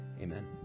amen